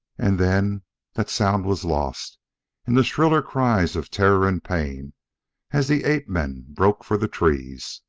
and then that sound was lost in the shriller cries of terror and pain as the ape-men broke for the trees.